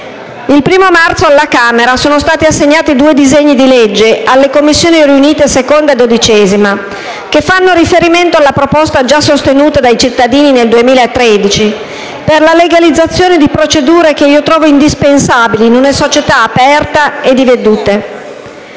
Il 1° marzo alla Camera dei deputati sono stati assegnati due disegni di legge alle Commissioni 2ª e 12ª riunite, che fanno riferimento alla proposta già sostenuta dai cittadini nel 2013 per la legalizzazione di procedure che trovo indispensabili in una società aperta di vedute.